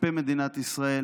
כלפי מדינת ישראל